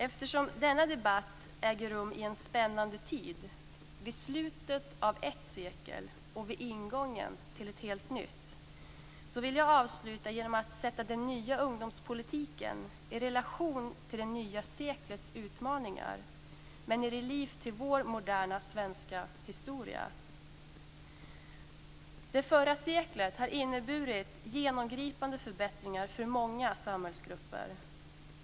Eftersom denna debatt äger rum i en spännande tid vid slutet av ett sekel och vid ingången till ett helt nytt vill jag avsluta genom att sätta den nya ungdomspolitiken i relation till det nya seklets utmaningar men i relief till vår moderna svenska historia. Förra seklet innebar genomgripande förbättringar för många samhällsgrupper.